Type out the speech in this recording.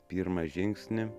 pirmą žingsnį